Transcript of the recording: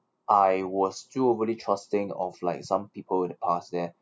I was too overly trusting of like some people in the past there